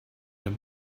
him